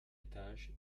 étage